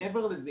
מעבר לזה,